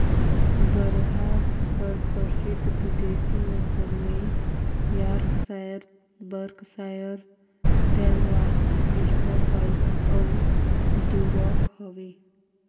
बरहा कर परसिद्ध बिदेसी नसल में Yorkshire, Berkshire, Tamworth, Chester white अउ ड्यूरॉक हवे